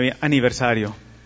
aniversario